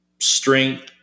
strength